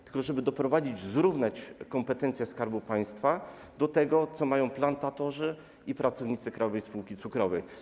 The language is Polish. Chodzi o to, żeby doprowadzić, zrównać kompetencje Skarbu Państwa z tym, co mają plantatorzy i pracownicy Krajowej Spółki Cukrowej.